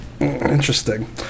Interesting